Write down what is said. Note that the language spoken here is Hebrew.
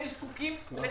הם זקוקים לך.